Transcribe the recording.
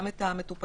גם את המטופלים,